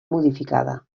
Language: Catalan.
modificada